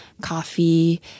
coffee